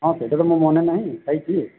ହଁ ସେଇଟା ତ ମୋ ମାନେ ନାହିଁ ଖାଇଛି